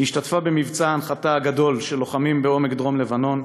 היא השתתפה במבצע ההנחתה הגדול של לוחמים בעומק דרום-לבנון.